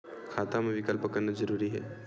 खाता मा विकल्प करना जरूरी है?